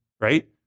right